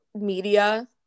media